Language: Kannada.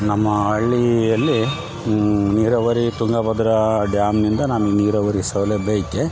ನಮ್ಮ ಹಳ್ಳಿಯಲ್ಲಿ ನೀರಾವರಿ ತುಂಗ ಭದ್ರ ಡ್ಯಾಮ್ನಿಂದ ನಾನು ನೀರಾವರಿ ಸೌಲಭ್ಯಕ್ಕೆ